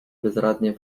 bezradnie